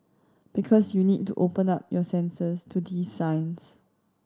because you need to open up your senses to these signs